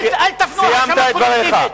חבר הכנסת טיבי, סיימת את דבריך.